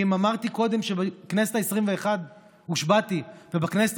אמרתי קודם שבכנסת העשרים-ואחת הושבעתי ובכנסת